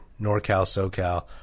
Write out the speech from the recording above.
NorCal-SoCal